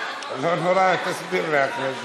לא נורא, תסביר לי אחרי זה.